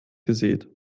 gesät